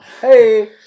Hey